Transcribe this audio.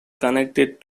connected